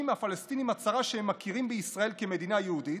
מהפלסטינים הצהרה שהם מכירים בישראל כמדינה יהודית,